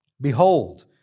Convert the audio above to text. Behold